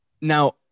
Now